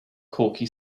corky